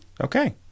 okay